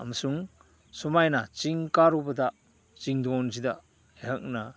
ꯑꯃꯁꯨꯡ ꯁꯨꯃꯥꯏꯅ ꯆꯤꯡ ꯀꯥꯔꯨꯕꯗ ꯆꯤꯡꯗꯣꯟꯁꯤꯗ ꯑꯩꯍꯥꯛꯅ